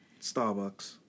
Starbucks